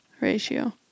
ratio